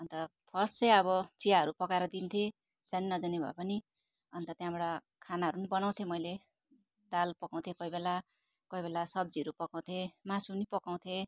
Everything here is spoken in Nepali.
अन्त फर्स्ट चाहिँ अब चियाहरू पकाएर दिन्थे जानी नजानी भए पनि अन्त त्यहाँबाट खानाहरू पनि बनाउँथेँ मैले दाल पकाउँथेँ कोही बेला कोही बेला सब्जीहरू पकाउँथेँ मासु पनि पकाउँथेँ